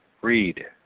Read